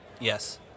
Yes